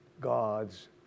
God's